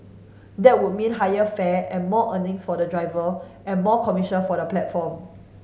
that would mean higher fare and more earnings for the driver and more commission for the platform